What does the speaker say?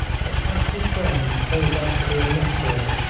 that patsy's friend turns out to be a mystery,